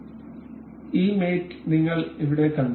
അതിനാൽ ഈ മേറ്റ് നിങ്ങൾ ഇവിടെ കണ്ടു